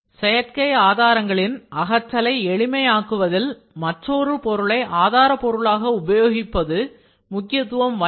செயற்கை ஆதாரங்களின் அகற்றலை எளிமை ஆக்குவதில் மற்றொரு பொருளை ஆதாரபொருளாக உபயோகிப்பது முக்கியத்துவம் வாய்ந்தது